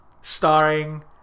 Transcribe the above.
starring